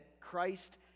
Christ